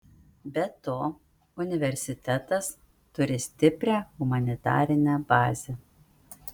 be to universitetas turi stiprią humanitarinę bazę